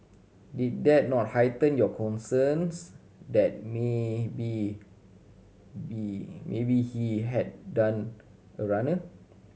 did that not heighten your concerns that maybe be maybe he had done a runner